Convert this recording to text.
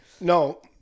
no